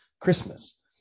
Christmas